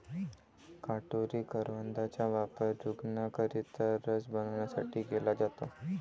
काटेरी करवंदाचा वापर रूग्णांकरिता रस बनवण्यासाठी केला जातो